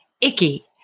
Icky